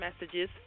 messages